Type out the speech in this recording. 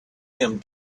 him